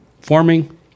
forming